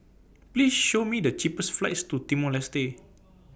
Please Show Me The cheapest flights to Timor Leste